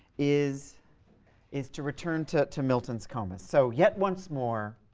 is is to return to to milton's comus. so yet once more